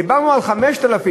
דיברנו על 5,000,